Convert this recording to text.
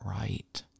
right